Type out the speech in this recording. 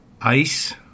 ice